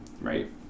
right